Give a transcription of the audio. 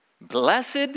Blessed